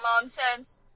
nonsense